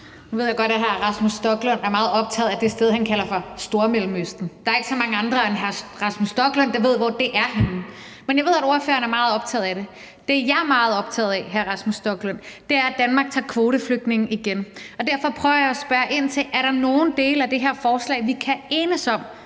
(EL): Nu ved jeg godt, at hr. Rasmus Stoklund er meget optaget af det sted, han kalder for Stormellemøsten. Der er ikke så mange andre end hr. Rasmus Stoklund, der ved, hvor det er henne, men jeg ved, at han er meget optaget af det. Det, jeg er meget optaget af, hr. Rasmus Stoklund, er, at Danmark tager kvoteflygtninge igen, og derfor prøver jeg at spørge ind til: Er der nogen dele af det her forslag, vi kan enes om?